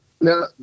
Now